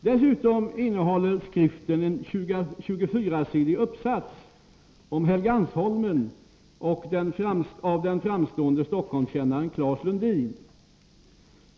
Dessutom innehåller skriften en 24-sidig uppsats om Helgeandsholmen av den framstående Stockholmskännaren Claes Lundin.